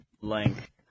Length